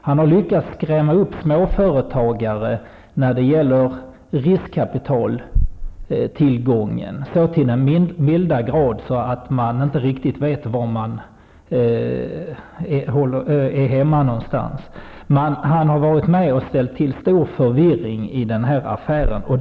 Han har lyckats skrämma upp småföretagare när det gäller riskkapitaltillgången så till den milda grad att de inte riktigt vet var de hör hemma någonstans. Han har varit med om att ställa till stor förvirring i denna affär.